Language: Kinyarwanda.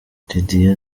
didier